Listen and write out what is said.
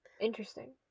Interesting